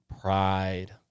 pride